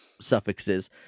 suffixes